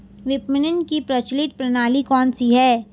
विपणन की प्रचलित प्रणाली कौनसी है?